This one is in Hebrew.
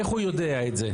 איך הוא יודע את זה?